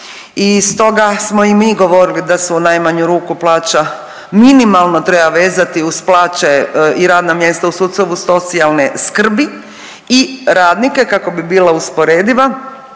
I stoga smo i mi govorili da se u najmanju ruku plaća minimalno treba vezati uz plaće i radna mjesta u sustavu socijalne skrbi i radnika kako bi bila usporediva